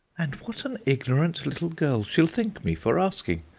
and what an ignorant little girl she'll think me for asking!